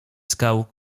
skał